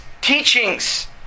teachings